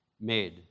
made